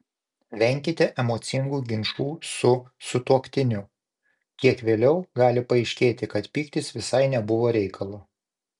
venkite emocingų ginčų su sutuoktiniu kiek vėliau gali paaiškėti kad pyktis visai nebuvo reikalo